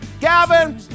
Gavin